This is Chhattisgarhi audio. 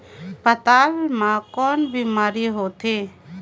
पातल म कौन का बीमारी होथे?